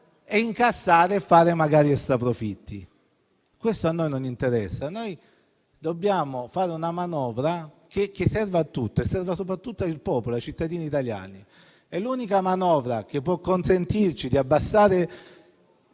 e realizzare magari extra profitti. Questo a noi non interessa. Dobbiamo fare una manovra che serva a tutti e serva soprattutto al popolo, ai cittadini italiani. L'unica manovra che può consentirci di diminuire